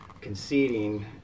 conceding